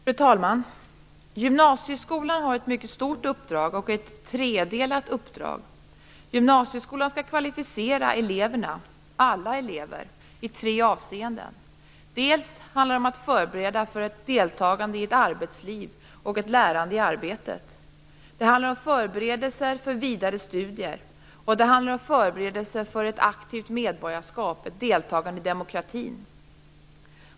Fru talman! Gymnasieskolan har ett mycket stort uppdrag och ett tredelat uppdrag. Gymnasieskolan skall kvalificera eleverna - alla elever - i tre avseenden. Det handlar om att förbereda för ett deltagande i arbetslivet och ett lärande i arbetet, det handlar om förberedelse för vidare studier och det handlar om förberedelse för ett aktivt medborgarskap och deltagande i demokratin.